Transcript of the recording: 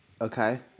Okay